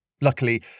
Luckily